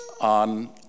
On